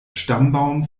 stammbaum